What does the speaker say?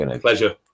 pleasure